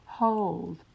hold